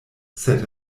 sed